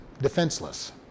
defenseless